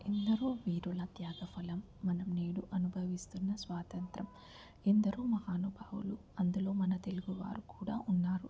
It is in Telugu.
ఎందరో వీరుల త్యాగఫలం మనం నేడు అనుభవిస్తున్న స్వాతంత్రం ఎందరో మహానుభావులు అందులో మన తెలుగు వారు కూడా ఉన్నారు